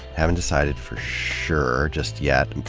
haven't decided for sure just yet.